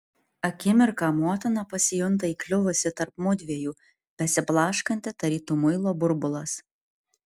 akimirką motina pasijunta įkliuvusi tarp mudviejų besiblaškanti tarytum muilo burbulas